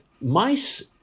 mice